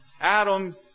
Adam